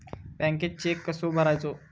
बँकेत चेक कसो भरायचो?